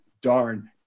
darn